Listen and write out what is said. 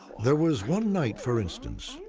there was one night, for instance,